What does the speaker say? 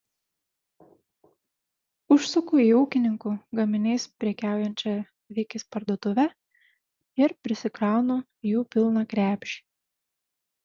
užsuku į ūkininkų gaminiais prekiaujančią vikis parduotuvę ir prisikraunu jų pilną krepšį